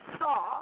saw